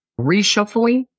reshuffling